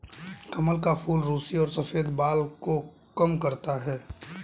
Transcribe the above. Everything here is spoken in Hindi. कमल का फूल रुसी और सफ़ेद बाल को कम करता है